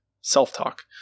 self-talk